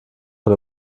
von